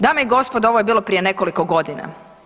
Dame i gospodo ovo je bilo prije nekoliko godina.